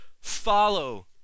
Follow